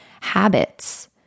habits